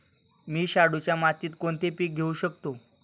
मी शाडूच्या मातीत कोणते पीक घेवू शकतो?